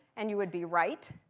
and you would be right.